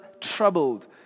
troubled